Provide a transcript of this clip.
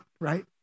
right